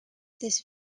this